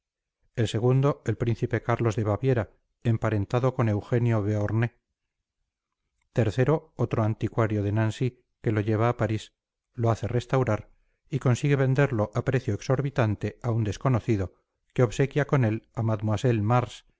el año segundo el príncipe carlos de baviera emparentado con eugenio beauharnais tercero otro anticuario de nancy que lo lleva a parís lo hace restaurar y consigue venderlo a precio exorbitante a un desconocido que obsequia con él a mademoiselle mars